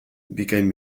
bikain